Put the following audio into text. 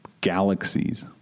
galaxies